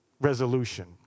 resolution